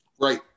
Right